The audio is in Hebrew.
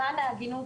למען ההגינות,